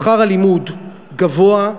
שכר הלימוד גבוה,